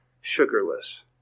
Sugarless